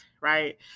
right